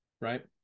right